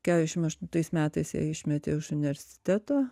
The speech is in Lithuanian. kešim aštuntais metais ją išmetė iš universiteto